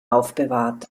aufbewahrt